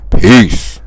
peace